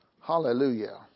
Hallelujah